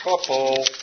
couple